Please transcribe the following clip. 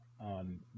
on